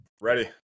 ready